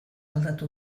aldatu